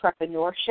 entrepreneurship